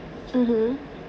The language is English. mmhmm